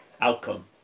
outcome